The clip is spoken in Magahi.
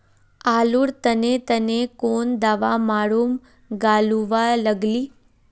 आलूर तने तने कौन दावा मारूम गालुवा लगली?